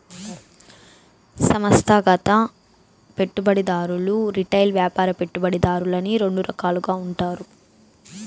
సంస్థాగత పెట్టుబడిదారులు రిటైల్ వ్యాపార పెట్టుబడిదారులని రెండు రకాలుగా ఉంటారు